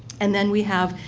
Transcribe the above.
and then we have,